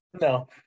No